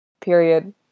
period